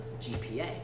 GPA